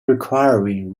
requiring